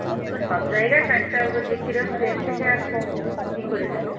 দুধ তো সব জায়গায় ষাট টাকা করে বিক্রি হচ্ছে এর থেকে আর কম কী করে নেব